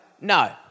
no